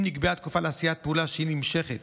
אם נקבעה תקופה לעשיית פעולה שהיא נמשכת